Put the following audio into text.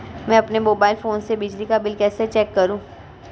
मैं अपने mobile phone से बिजली का बिल कैसे चेक करूं?